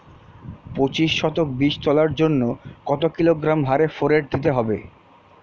পঁচিশ শতক বীজ তলার জন্য কত কিলোগ্রাম হারে ফোরেট দিতে হবে?